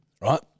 right